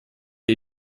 ihr